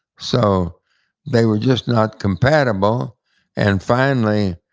so they were just not compatible and finally,